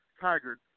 Tiger